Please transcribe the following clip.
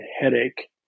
headache